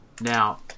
now